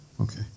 Okay